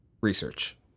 research